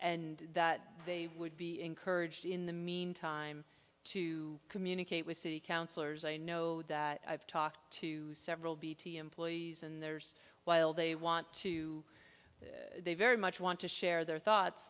and that they would be encouraged in the meantime to communicate with the councillors i know that i've talked to several bt employees and there's while they want to they very much want to share their thoughts